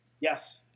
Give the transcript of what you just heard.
Yes